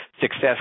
Success